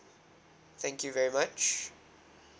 thank you very much